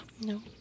No